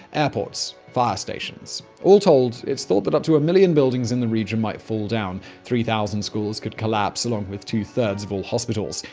airports. fire stations. all told, it's thought that up to a million buildings in the region might fall down. three thousand schools could collapse, along with two thirds of all hospitals.